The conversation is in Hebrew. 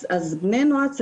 אז בני נוער,